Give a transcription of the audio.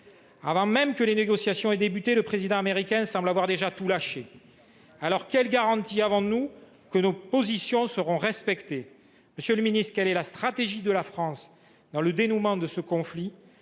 Avant même que les négociations aient débuté, le président américain semble avoir déjà tout lâché. Quelles garanties avons nous que nos positions seront respectées ? Monsieur le ministre, quelle est la stratégie de la France dans le dénouement de ce conflit ?